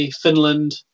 Finland